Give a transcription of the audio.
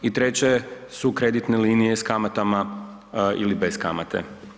I treća je, su kreditne linije s kamatama ili bez kamate.